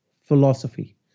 philosophy